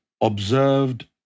observed